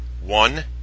one